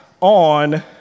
on